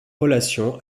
relation